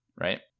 Right